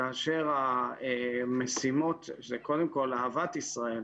כאשר המשימות זה קודם כל אהבת ישראל,